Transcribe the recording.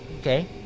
Okay